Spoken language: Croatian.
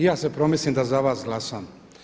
I ja se promislim da za vas glasam.